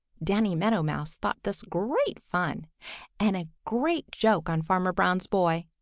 danny meadow mouse thought this great fun and a great joke on farmer brown's boy.